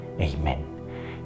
Amen